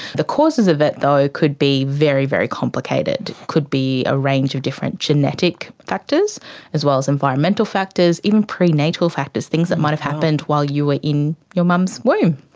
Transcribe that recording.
the causes of it though could be very, very complicated, could be a range of different genetic factors as well as environmental factors, even prenatal factors, things that might have happened while you were in your mum's womb.